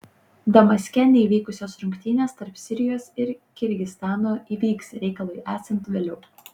damaske neįvykusios rungtynės tarp sirijos ir kirgizstano įvyks reikalui esant vėliau